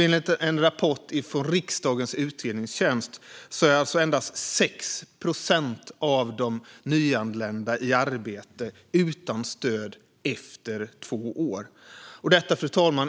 Enligt en rapport från riksdagens utredningstjänst är endast 6 procent av de nyanlända i arbete utan stöd efter två år. Detta